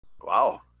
Wow